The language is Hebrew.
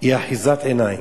היא אחיזת עיניים.